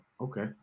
okay